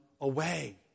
away